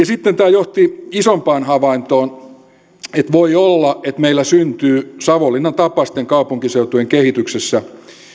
sitten tämä johti isompaan havaintoon että voi olla että meillä syntyy savonlinnan tapaisten kaupunkiseutujen kehityksessä